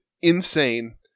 Insane